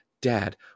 Dad